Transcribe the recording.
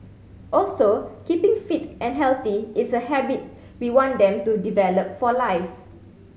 also keeping fit and healthy is a habit we want them to develop for life